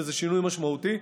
וזה שינוי משמעותי.